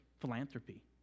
philanthropy